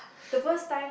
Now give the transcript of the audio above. the first time